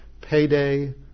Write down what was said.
Payday